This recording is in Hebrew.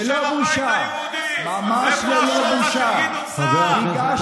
ללא בושה, ממש ללא בושה, איפה השוחד